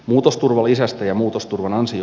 muutosturvalisästä ja muutosturvan ansio